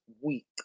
week